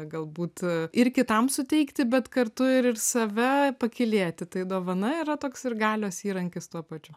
galbūt ir kitam suteikti bet kartu ir ir save pakylėti tai dovana yra toks ir galios įrankis tuo pačiu